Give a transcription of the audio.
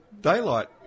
daylight